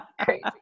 crazy